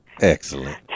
Excellent